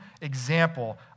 example